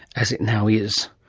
as it now is.